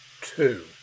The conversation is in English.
Two